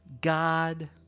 God